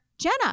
Jenna